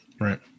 Right